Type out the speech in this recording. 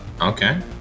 Okay